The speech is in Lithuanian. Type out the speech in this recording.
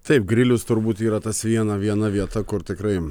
taip grilius turbūt yra tas viena viena vieta kur tikrai